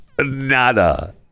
nada